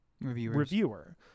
reviewer